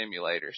simulators